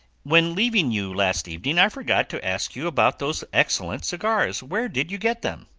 when leaving you last evening i forgot to ask you about those excellent cigars. where did you get them?